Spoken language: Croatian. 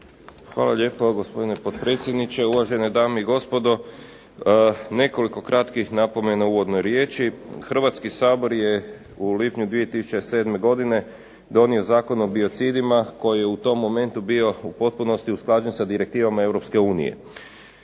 Hvala lijepo gospodine potpredsjedniče, uvažene dame i gospodo. Nekoliko kratkih napomena u uvodnoj riječi. Hrvatski sabor je u lipnju 2007. godine donio Zakon o biocidima koji je u tom momentu bio u potpunosti usklađen sa direktivama EU.